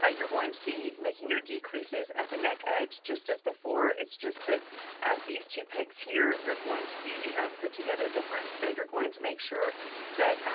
you're going to be making your decreases at the neck edge just as before, it's just that these two pegs here, they're going to be put together different. so you're going to make sure that